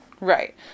Right